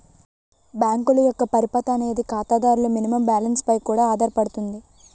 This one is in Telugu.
బ్యాంకుల యొక్క పరపతి అనేది ఖాతాదారుల మినిమం బ్యాలెన్స్ పై కూడా ఆధారపడుతుంది